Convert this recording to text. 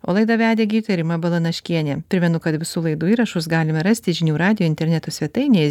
o laidą vedė gydytoja rima balanaškienė primenu kad visų laidų įrašus galime rasti žinių radijo interneto svetainėje